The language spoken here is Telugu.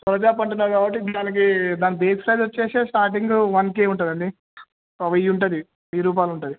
సొరచాపంటున్నారు కాబట్టి దానికి దాని బేస్ రేట్ వచ్చేసే స్టార్టింగ్ వన్ కేే ఉంటుందండి ఓ వెయ్య ఉంటుంది వెయ్యి రూపాలు ఉంటుంది